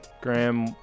Graham